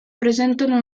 presentano